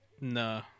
No